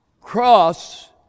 cross